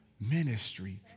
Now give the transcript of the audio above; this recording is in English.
ministry